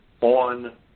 on